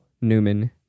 Newman